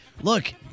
look